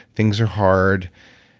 things are hard.